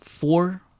four